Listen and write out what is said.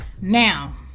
Now